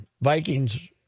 Vikings